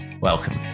Welcome